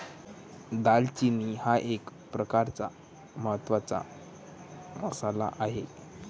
दालचिनी हा एक प्रकारचा महत्त्वाचा मसाला आहे